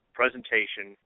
presentation